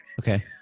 okay